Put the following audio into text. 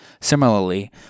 Similarly